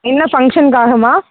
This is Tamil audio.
என்ன ஃபங்க்ஷன்காகம்மா